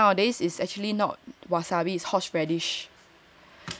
mm the one that you are eating nowadays is actually not wasabi is horse radish